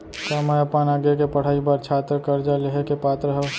का मै अपन आगे के पढ़ाई बर छात्र कर्जा लिहे के पात्र हव?